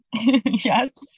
yes